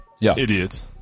Idiot